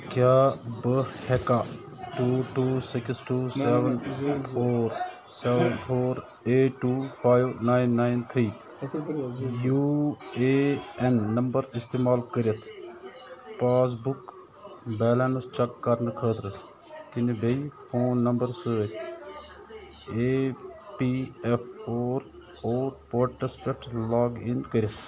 کیٛاہ بہٕ ہیٚکاہ two two six two seven four seven four eight two five nine nine three U A N number استعمال کٔرِتھ passbook balance check کرنہٕ خٲطرٕ کِنہٕ بیٚیہِ فون نمبر سۭتۍ E P F four O portals پٮ۪ٹھ لاگ اِن کٔرِتھ